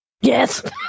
yes